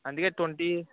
అందుకే ట్వంటి